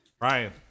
ryan